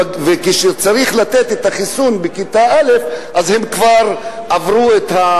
וכשכבר צריך לתת את החיסון בכיתה א' הם כבר עברו,